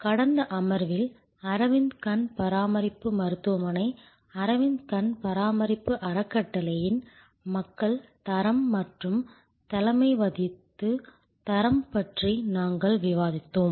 கடந்த அமர்வில் அரவிந்த் கண் பராமரிப்பு மருத்துவமனை அரவிந்த் கண் பராமரிப்பு அறக்கட்டளையின் மக்கள் தரம் மற்றும் தலைமைத்துவத் தரம் பற்றி நாங்கள் விவாதித்தோம்